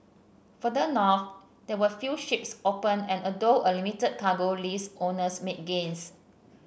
further north there were few ships open and although a limited cargo list owners made gains